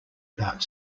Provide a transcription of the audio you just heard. about